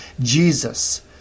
Jesus